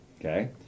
Okay